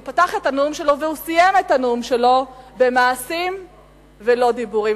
הוא פתח את הנאום שלו והוא סיים את הנאום שלו במעשים ולא דיבורים,